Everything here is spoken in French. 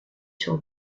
sur